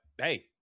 hey